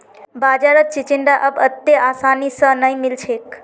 बाजारत चिचिण्डा अब अत्ते आसानी स नइ मिल छेक